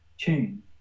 tune